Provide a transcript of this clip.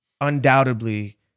undoubtedly